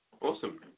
Awesome